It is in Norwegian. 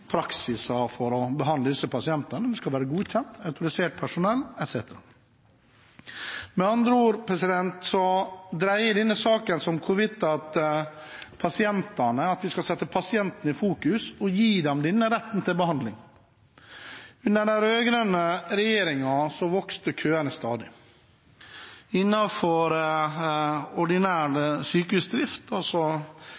praksis for å behandle disse pasientene, det skal være godkjent, autorisert personell etc. Med andre ord dreier denne saken seg om at vi skal sette pasientene i fokus og gi dem denne retten til behandling. Under den rød-grønne regjeringen vokste køene stadig. Innenfor ordinær sykehusdrift hadde vi altså